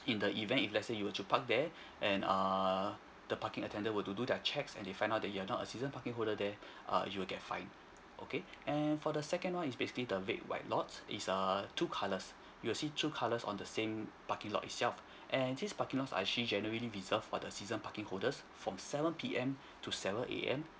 in the event if let's say you were to part there and err the parking attender were to do their checks and they find out that you are not a season parking holder there err you will get fine okay and for the second one is basically the red white lots it's a two colours you will see two colours on the same parking lot itself and these parking lots are actually generally reserved for the season parking holders from seven P_M to seven A_M